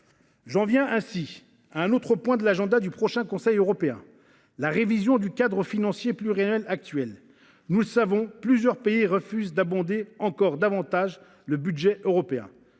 J’en viens à présent à un autre point de l’agenda du prochain Conseil européen : la révision du cadre financier pluriannuel actuel. Nous le savons, plusieurs pays refusent d’abonder davantage encore le budget européen.